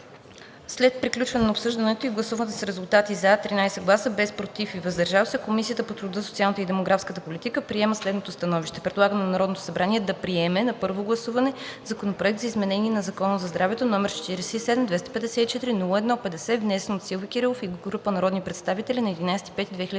След приключване на обсъждането и гласуване с резултати: 13 гласа „за“, без „против“ и „въздържал се“ Комисията по труда, социалната и демографската политика прие следното становище: Предлага на Народното събрание да приеме на първо гласуване Законопроект за изменение на Закона за здравето, № 47-254-01-50, внесен от Силви Кирилов и група народни представители на 11